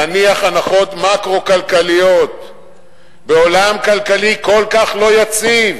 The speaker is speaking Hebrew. להניח הנחות מקרו-כלכליות בעולם כלכלי כל כך לא יציב